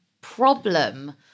problem